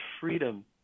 freedom